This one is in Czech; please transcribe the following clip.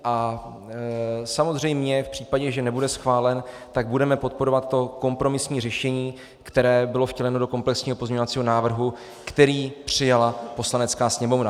A samozřejmě v případě, že nebude schválen, tak budeme podporovat to kompromisní řešení, které bylo vtěleno do komplexního pozměňovacího návrhu, který přijala Poslanecká sněmovna.